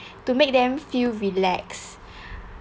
to make them feel relaxed